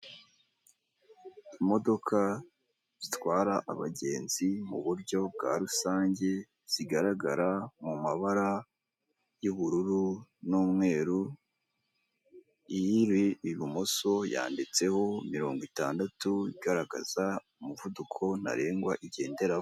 Imodoka zitwara abagenzi mu buryo bwa rusange zigaragara mu mabara y'ubururu n'umweru, iri ibumoso yanditseho mirongo itandatu igaragaza umuvuduko ntarengwa igenderaho.